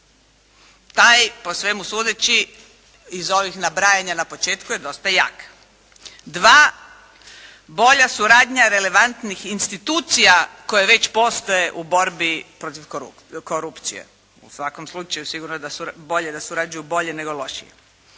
Taj po svemu sudeći iz ovih nabrajanja na početku je dosta jak. Dva, bolja suradnja relevantnih institucija koje već postoje u borbi protiv korupcije, u svakom slučaju sigurno je da surađuju, bolje, da